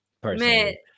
Personally